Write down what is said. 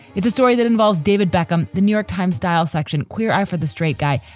it's story that involves david beckham, the new york times style section, queer eye for the straight guy,